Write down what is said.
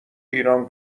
ایران